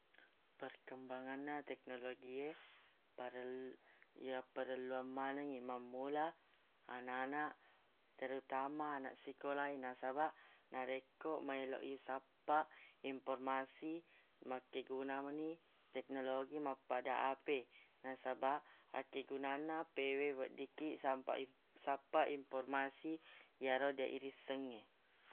Perkembanganna teknologie perel- yapparelluang manengngi mammula ananaq terutama ananaq sikola e nasabaq narekko maeloq i sappa inpormasi makkegunani teknologi mappada ape nasabaq akkegunanna apewe weddikki sampa in- sappa inpormasi yaro deq irissengnge